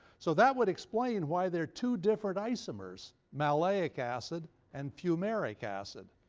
so that would explain why they're two different isomers maleic acid and fumaric acid.